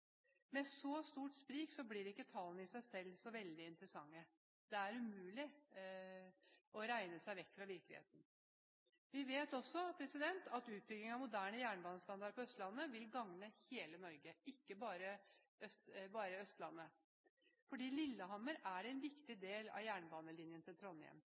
Med så stort sprik blir ikke tallene i seg selv så veldig interessante. Det er umulig å regne seg vekk fra virkeligheten. Vi vet også at utbygging av moderne jernbanestandard på Østlandet vil gagne hele Norge, ikke bare Østlandet, fordi Lillehammer er en viktig del av jernbanelinjen til Trondheim.